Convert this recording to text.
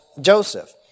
Joseph